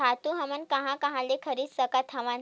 खातु हमन कहां कहा ले खरीद सकत हवन?